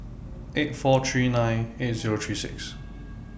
eight four three nine eight Zero three six